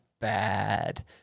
bad